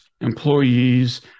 employees